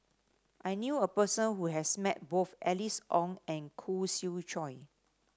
I knew a person who has met both Alice Ong and Khoo Swee Chiow